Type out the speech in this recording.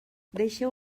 deixeu